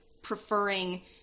preferring